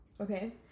Okay